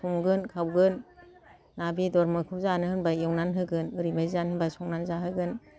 संगोन खावगोन ना बेदर माखौ जानो होनबा एवना होगोन ओरैबादि जानो होनबा संना जोहोगोन